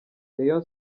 reyo